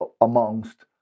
amongst